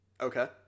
Okay